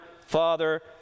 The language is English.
father